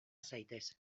zaitez